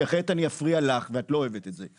כי אחרת אני אפריע לך ואת לא אוהבת את זה,